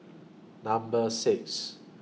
Number six